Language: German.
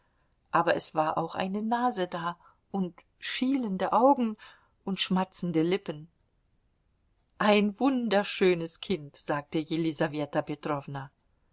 aber es war auch eine nase da und schielende augen und schmatzende lippen ein wunderschönes kind sagte